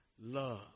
love